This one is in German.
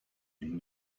ihm